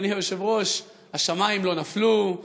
אדוני היושב-ראש: השמים לא נפלו,